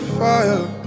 fire